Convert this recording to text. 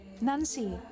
Nancy